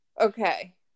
Okay